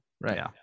Right